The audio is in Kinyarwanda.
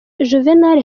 juvénal